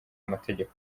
amategeko